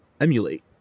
emulate